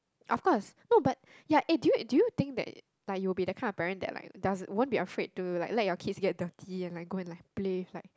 after I no but ya eh do you do you think that like you will be that kind of parent that like does won't be afraid to like let your kids get dirty and like go and like play like